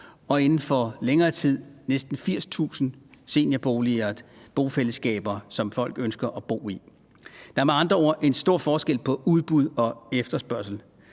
tid er der interesse for næsten 80.000 seniorbofællesskaber, som folk ønsker at bo i. Der er med andre ord en stor forskel på udbud og efterspørgsel.